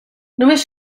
només